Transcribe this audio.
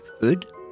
food